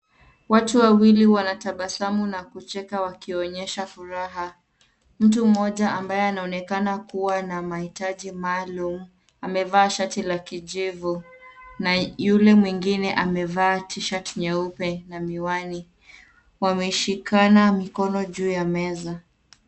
Watu wawili wanatabasamu na kucheka wakionyesha furaha. Mtu mmoja ambaye anaonekana kuwa na mahitaji maalum. Amevaa shati la kijevo na yule mwingine amevaa tishati nyaupe na miwani. Wameshikana mkono juu ya meza.